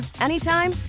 anytime